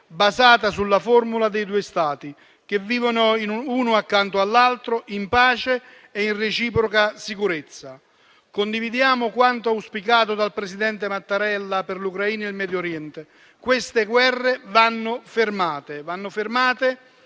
basata sulla formula dei due Stati, che vivono uno accanto all'altro, in pace e in reciproca sicurezza. Condividiamo quanto auspicato dal presidente Mattarella per l'Ucraina e il Medio Oriente. Queste guerre vanno fermate.